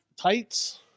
tights